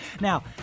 Now